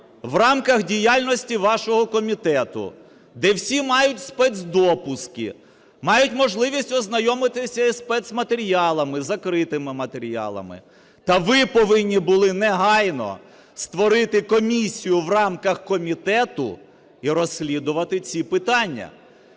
в рамкам діяльності вашого комітету, де всі мають спецдопуски, мають можливість ознайомитись із спецматеріалами, закритими матеріалами… Та ви повинні були негайно створити комісію в рамках комітету і розслідувати ці питання.